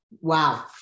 wow